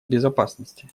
безопасности